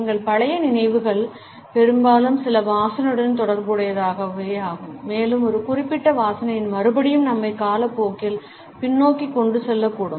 எங்கள் பழைய நினைவுகள் பெரும்பாலும் சில வாசனையுடன் தொடர்புடையவையாகும் மேலும் ஒரு குறிப்பிட்ட வாசனையின் மறுபடியும் நம்மை காலப்போக்கில் பின்னோக்கி கொண்டு செல்லக்கூடும்